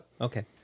okay